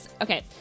okay